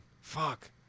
Fuck